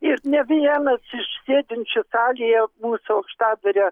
ir ne vienas iš sėdinčių salėje mūsų aukštadvario